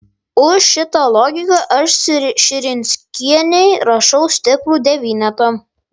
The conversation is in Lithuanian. už šitą logiką aš širinskienei rašau stiprų devynetą